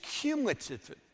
cumulative